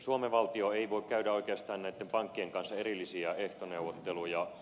suomen valtio ei voi käydä oikeastaan näiden pankkien kanssa erillisiä ehtoneuvotteluja